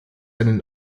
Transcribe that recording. einen